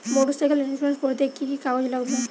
Motorcycle insurance করতে কি কি কাগজ লাগবে?